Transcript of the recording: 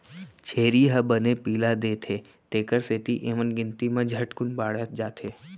छेरी ह बने पिला देथे तेकर सेती एमन गिनती म झटकुन बाढ़त जाथें